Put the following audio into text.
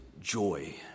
joy